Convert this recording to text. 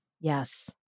Yes